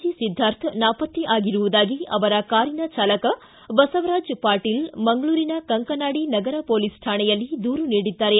G Siddhartha ನಾಪತ್ತೆ ಅಗಿರುವುದಾಗಿ ಅವರ ಕಾರಿನ ಚಾಲಕ ಬಸವರಾಜ್ ಪಾಟೀಲ್ ಮಂಗಳೂರಿನ ಕಂಕನಾಡಿ ನಗರ ಪೊಲೀಸ್ ಕಾಣೆಯಲ್ಲಿ ದೂರು ನೀಡಿದ್ದಾರೆ